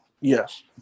Yes